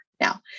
now